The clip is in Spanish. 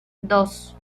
dos